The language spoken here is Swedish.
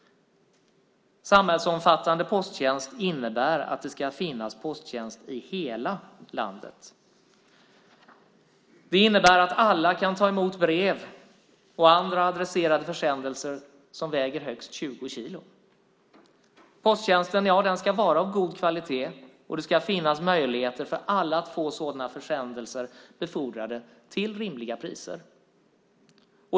Samhällsomfattande posttjänst innebär att det ska finnas posttjänst i hela landet. Det innebär att alla kan ta emot brev och andra adresserade försändelser som väger högst 20 kilo. Posttjänsten ska vara av god kvalitet, och det ska finnas möjligheter för alla att få sådana försändelser befordrade till rimliga priser.